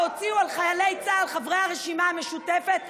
מול הדיבה הרעה שהוציאו על חיילי צה"ל חברי הרשימה המשותפת,